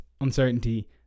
uncertainty